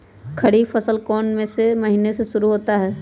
खरीफ फसल कौन में से महीने से शुरू होता है?